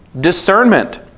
Discernment